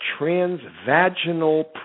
transvaginal